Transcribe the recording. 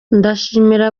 ndashimira